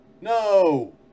No